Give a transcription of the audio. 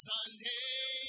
Sunday